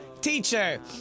teacher